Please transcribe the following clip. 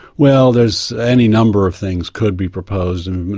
well, there's any number of things could be proposed and,